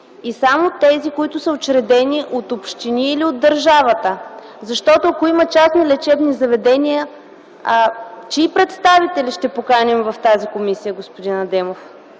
и само тези, които са учредени от общини или от държавата. Защото, ако има частни лечебни заведения чии представители ще поканим в тази комисия, господин Адемов?